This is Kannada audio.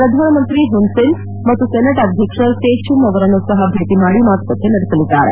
ಪ್ರಧಾನಮಂತ್ರಿ ಹುನ್ ಸೇನ್ ಮತ್ತು ಸೆನೆಟ್ ಅಧ್ಯಕ್ಷ ಸೇ ಚ್ಚುಮ್ ಅವರನ್ನು ಸಹ ಭೇಟಿ ಮಾಡಿ ಮಾತುಕತೆ ನಡೆಸಲಿದ್ದಾರೆ